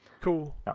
Cool